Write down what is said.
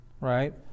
right